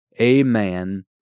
amen